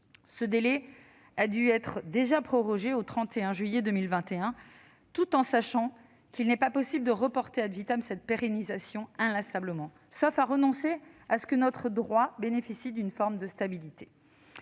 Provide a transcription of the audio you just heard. Ce délai a dû être prorogé au 31 juillet 2021, mais il n'était pas possible de reporter cette pérennisation inlassablement, sauf à renoncer à ce que notre droit bénéficie d'une forme de stabilité.